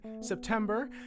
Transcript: September